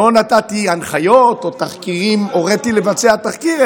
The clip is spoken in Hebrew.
לא נתתי הנחיות או הוריתי לבצע תחקיר,